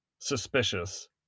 Suspicious